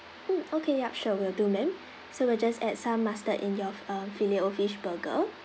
mm okay yup sure will do ma'am so we'll just add some mustard in your uh fillet O fish burger